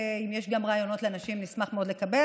אם יש רעיונות לאנשים אנחנו נשמח מאוד לקבל,